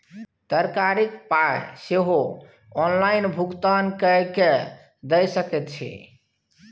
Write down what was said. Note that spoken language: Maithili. तरकारीक पाय सेहो ऑनलाइन भुगतान कए कय दए सकैत छी